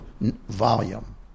volume